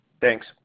Thanks